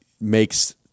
makes